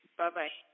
Bye-bye